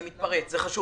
אני מתפרץ אבל זה חשוב.